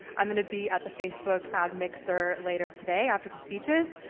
i'm gonna be at the facebook ad mixer later today after the speeches.